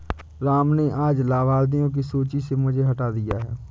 राम ने आज लाभार्थियों की सूची से मुझे हटा दिया है